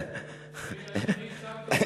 אני ייצגתי אותה בכבוד.